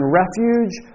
refuge